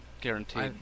guaranteed